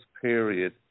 period